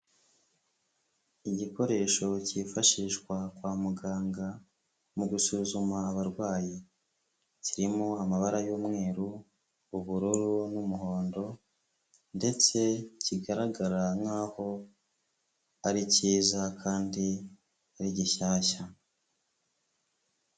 Igikoresho cyifashishwa kwa muganga mu gusuzuma abarwayi, kirimo amabara y'umweru, ubururu n'umuhondo ndetse kigaragara nk'aho ari cyiza kandi ari gishyashya.